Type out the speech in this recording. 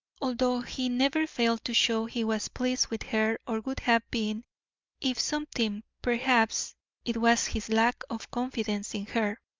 although he never failed to show he was pleased with her or would have been if something perhaps it was his lack of confidence in her,